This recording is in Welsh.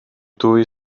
dwy